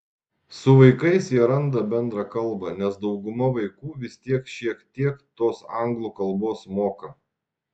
su vaikais jie randa bendrą kalbą nes dauguma vaikų vis tiek šiek tiek tos anglų kalbos moka